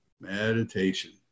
Meditation